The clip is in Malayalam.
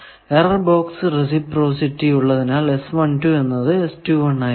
എറർ ബോക്സ് റെസിപ്രോസിറ്റി ഉള്ളതിനാൽ എന്നത് ആയിരിക്കും